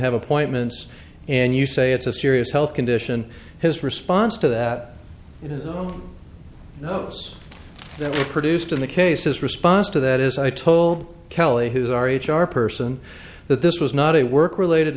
have appointments and you say it's a serious health condition his response to that those that were produced in the case his response to that is i told kelly who is our h r person that this was not a work related